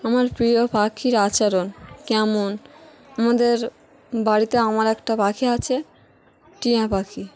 আমার প্রিয় পাখির আচরণ কেমন আমাদের বাড়িতে আমার একটা পাখি আছে টিঁয়া পাখি